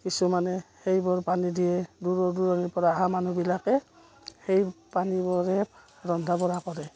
কিছুমানে সেইবোৰ পানী দিয়েই দূৰৰ দূৰৰপৰা অহা মানুহবিলাকে সেই পানীবোৰে ৰন্ধা বঢ়া কৰে